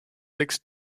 six